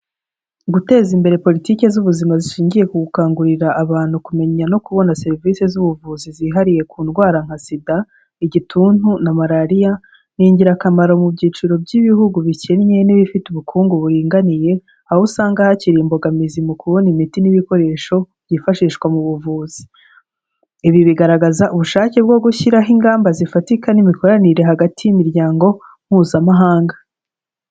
Guteza imbere Politiki z'ubuzima zishingiye ku gukangurira abantu kumenya no kubona serivisi z'ubuvuzi zihariye ku ndwara nka SIDA, Igituntu na Malariya ni ingirakamaro mu byiciro by'ibihugu bikennye n'ibifite ubukungu buringaniye, aho usanga hakiri imbogamizi mu kubona imiti n'ibikoresho byifashishwa mu buvuzi, ibi bigaragaza ubushake bwo gushyiraho ingamba zifatika n'imikoranire hagati y'Imiryango Mpuzamahanga.